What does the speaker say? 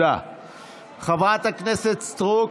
חברת הכנסת רגב,